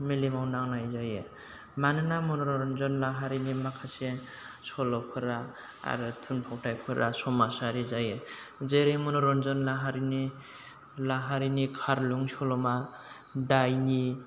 मेलेमाव नांनाय जायो मानोना मन'रन्जन लाहारीनि माखासे सल'फोरा आरो थुनफावथाइफोरा समाजारि जायो जेरै मन'रन्जन लाहारीनि लाहारीनि खारलुं सल'मा दायनि